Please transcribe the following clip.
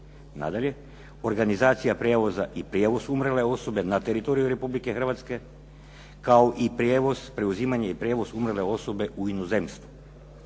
Nadalje, organizacija prijevoza i prijevoz umrle osobe na teritoriju Republike Hrvatske kao i preuzimanje i prijevoz umrle osobe u inozemstvu.